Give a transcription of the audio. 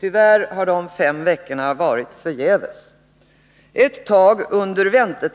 Tyvärr har jag väntat förgäves under de fem veckorna.